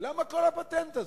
למה כל הפטנט הזה?